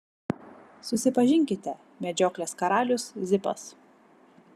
susipažinkite medžioklės karalius zipas